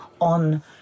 on